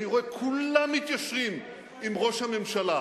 ואני רואה שכולם מתיישרים עם ראש הממשלה,